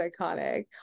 iconic